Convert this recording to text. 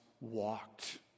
walked